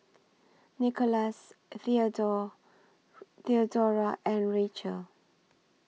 Nickolas Theodora and Rachel